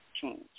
change